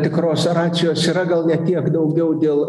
tikros oracijos yra gal ne tiek daugiau dėl